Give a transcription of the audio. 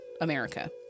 America